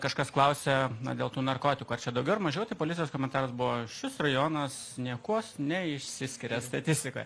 kažkas klausia na dėl tų narkotikų ar čia daugiau ar mažiau policijos komentaras buvo šis rajonas niekuo neišsiskiria statistika